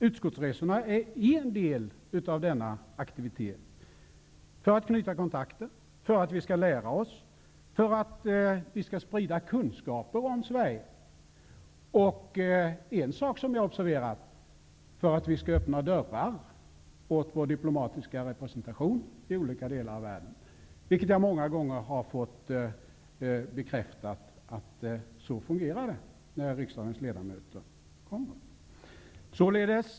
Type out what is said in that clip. Utskottsresorna är en del av denna aktivitet för att knyta kontakter, för att vi skall lära oss och för att vi skall sprida kunskap om Sverige. En sak som jag har observerat är att det är viktigt för att öppna dörrar och få diplomatisk representation i olika delar av världen. Jag har många gånger fått bekräftat att det är så det fungerar vid besök av riksdagens ledamöter.